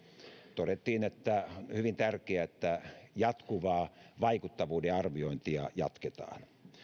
todettiin että on hyvin tärkeää että vaikuttavuuden arviointia jatketaan